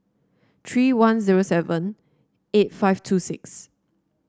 three one zero seven eight five two six